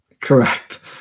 Correct